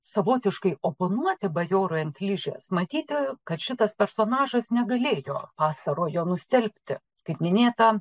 savotiškai oponuoti bajorui ant ližės matyti kad šitas personažas negalėjo pastarojo nustelbti kaip minėta